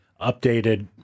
updated